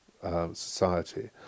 society